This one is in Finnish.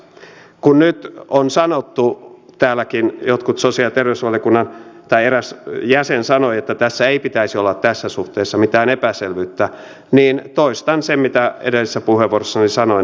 kun nyt on sanottu täälläkin sosiaali ja terveysvaliokunnan eräs jäsen sanoi että ei pitäisi olla tässä suhteessa mitään epäselvyyttä niin toistan sen mitä edellisessä puheenvuorossani sanoin